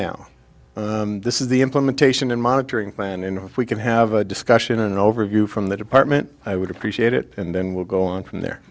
now this is the implementation and monitoring plan and if we can have a discussion an overview from the department i would appreciate it and then we'll go on from there